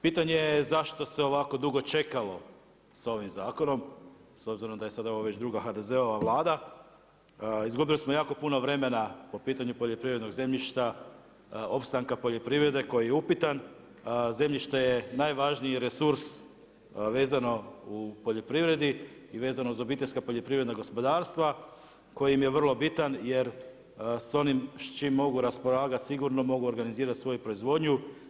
Pitanje je zašto se ovako dugo čekalo sa ovim zakonom, s obzirom da je sada ovo već druga HDZ-ova Vlada, izgubili smo jako puno vremena po pitanju poljoprivrednog zemljišta, opstanka poljoprivrede koji je upitan, zemljište je najvažniji resurs vezano u poljoprivredi i vezano uz obiteljska poljoprivredna gospodarstva koji im je vrlo bitan jer s onim s čime mogu raspolagati sigurno mogu organizirati svoju proizvodnju.